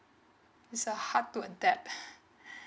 it's hard to adapt